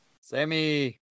Sammy